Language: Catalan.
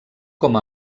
com